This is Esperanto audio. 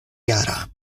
jara